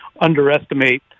underestimate